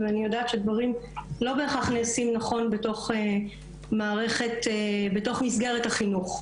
ואני יודעת שדברים לא בהכרח נעשים נכון בתוך מסגרת החינוך.